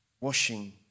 washing